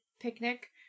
picnic